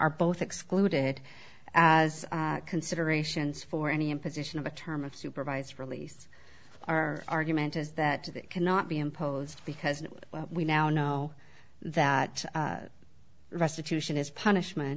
are both excluded as considerations for any imposition of a term of supervised release our argument is that it cannot be imposed because we now know that restitution is punishment